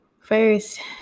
first